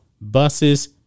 buses